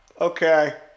okay